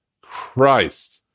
Christ